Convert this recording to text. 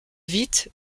vite